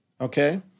Okay